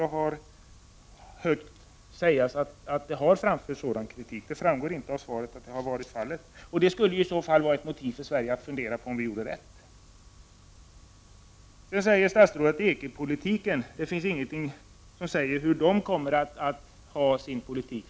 Jag har hört sägas att det har framförts sådan kritik. Det framgår dock inte av svaret. Det skulle i så fall ha utgjort ett incitament för Sverige att fundera på om vi har gjort rätt. Statsrådet säger i svaret att det inte är möjligt att uttala sig om EG:s framtida tekopolitik.